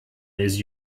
these